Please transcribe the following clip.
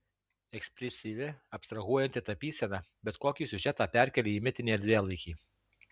ekspresyvi abstrahuojanti tapysena bet kokį siužetą perkelia į mitinį erdvėlaikį